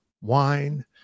wine